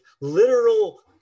literal